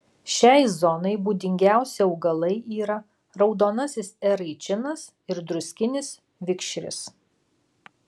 šiai zonai būdingiausi augalai yra raudonasis eraičinas ir druskinis vikšris